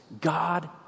God